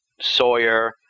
Sawyer